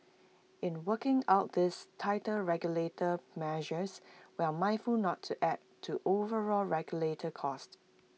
in working out these tighter regulator measures we're mindful not to add to overall regulator costs